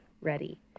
ready